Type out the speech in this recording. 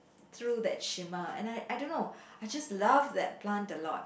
through that simmer and I I don't know I just loved that plant a lot